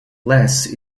less